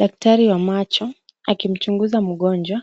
Daktari wa macho akimchunguza mgonjwa,